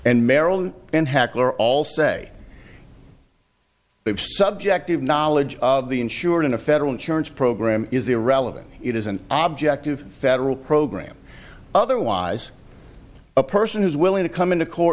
and meryl and hackler all say they've subjective knowledge of the insured in a federal insurance program is irrelevant it is an object of federal program otherwise a person who's willing to come into court